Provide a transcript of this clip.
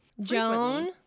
joan